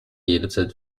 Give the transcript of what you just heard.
jederzeit